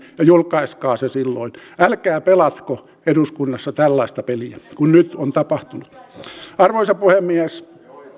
ja julkaiskaa se silloin älkää pelatko eduskunnassa tällaista peliä kuin nyt on tapahtunut arvoisa puhemies